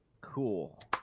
cool